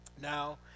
now